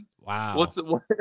Wow